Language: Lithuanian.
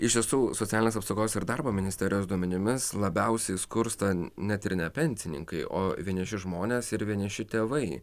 iš tiesų socialinės apsaugos ir darbo ministerijos duomenimis labiausiai skursta net ir ne pensininkai o vieniši žmonės ir vieniši tėvai